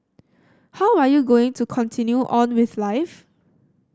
how are you going to continue on with life